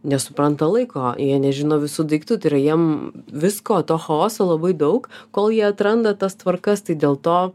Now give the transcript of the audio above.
nesupranta laiko jie nežino visų daiktų tai yra jiem visko to chaoso labai daug kol jie atranda tas tvarkas tai dėl to